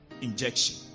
injection